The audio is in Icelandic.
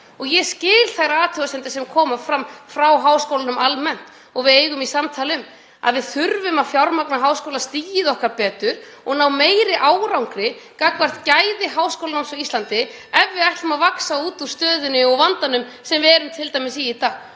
og ég skil þær athugasemdir sem komu fram frá háskólanum almennt og við eigum í samtali við þá um það, að við þurfum að fjármagna háskólastigið okkar betur og ná meiri árangri gagnvart gæðum háskólanáms á Íslandi ef við ætlum að vaxa út úr stöðunni og vandanum sem við erum t.d. í í dag.